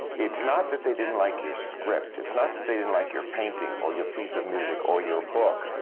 it's not that they didn't like your script, it's not that they didn't like your painting or your piece of music or your book,